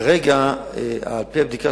בעיה תקציבית פנימית או ויכוח על שליטה על המקום,